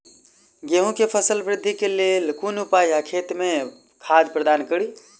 गेंहूँ केँ फसल वृद्धि केँ लेल केँ उपाय आ खेत मे खाद प्रदान कड़ी?